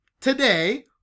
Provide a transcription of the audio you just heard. today